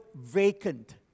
vacant